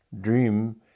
dream